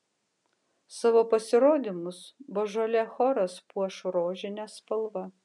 savo pasirodymus božolė choras puoš rožine spalva